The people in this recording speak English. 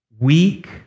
weak